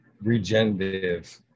regenerative